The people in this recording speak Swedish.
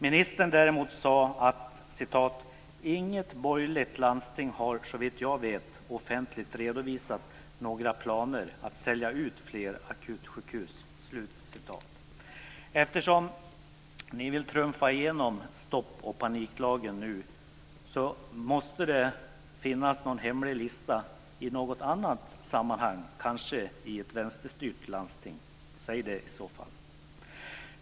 Ministern sade däremot: "Inget borgerligt landsting har, såvitt jag vet, offentligt redovisat några planer att sälja ut fler akutsjukhus." Eftersom ni vill trumfa igenom stopp och paniklagen nu måste det finnas någon hemlig lista i något annat sammanhang, kanske i ett vänsterstyrt landsting. Säg det i så fall.